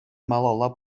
малалла